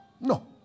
No